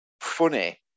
funny